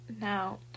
now